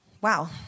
Wow